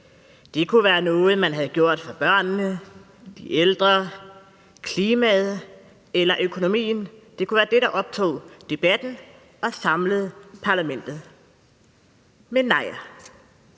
Det kunne være noget, man havde gjort for børnene, de ældre, klimaet eller økonomien; det kunne være dét, der optog debatten og samlede parlamentet. Men nej,